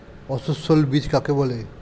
অসস্যল বীজ কাকে বলে?